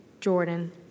Jordan